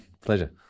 Pleasure